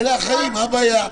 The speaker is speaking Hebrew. אלה החיים, מה הבעיה.